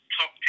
Top